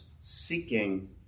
seeking